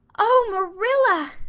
oh, marilla,